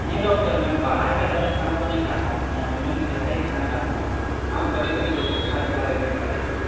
नहीं डॉक्टर मैं बाहर का ज़्यादा खाना तो नहीं खाता हूँ मैं अमूमन घर का ही खाना खाता हूँ हाँ कभी कभी दोस्तों के साथ चला गया तो खा लेता हूँ